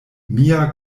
mia